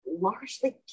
largely